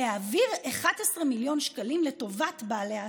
להעביר 11 מיליון שקלים לטובת בעלי העסקים.